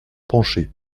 pancher